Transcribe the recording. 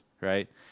right